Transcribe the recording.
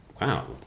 wow